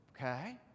Okay